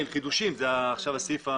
שנעשה הפסקה.